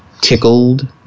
tickled